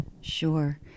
Sure